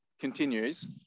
continues